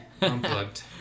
Unplugged